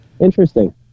interesting